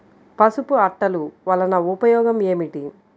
పసుపు అట్టలు వలన ఉపయోగం ఏమిటి?